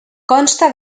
consta